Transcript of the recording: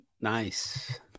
nice